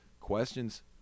questions